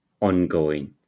ongoing